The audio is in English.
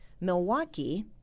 Milwaukee